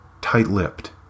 tight-lipped